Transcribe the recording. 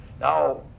now